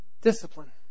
Discipline